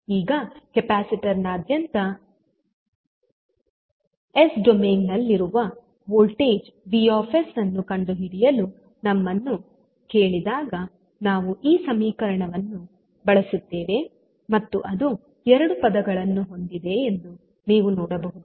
ಈಗ ಕೆಪಾಸಿಟರ್ನಾದ್ಯಂತ ಎಸ್ ಡೊಮೇನ್ನಲ್ಲಿ ರುವ ವೋಲ್ಟೇಜ್ V ಅನ್ನು ಕಂಡುಹಿಡಿಯಲು ನಮ್ಮನ್ನು ಕೇಳಿದಾಗ ನಾವು ಈ ಸಮೀಕರಣವನ್ನು ಬಳಸುತ್ತೇವೆ ಮತ್ತು ಅದು ಎರಡು ಪದಗಳನ್ನು ಹೊಂದಿದೆ ಎಂದು ನೀವು ನೋಡಬಹುದು